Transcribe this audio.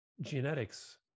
genetics